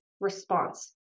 response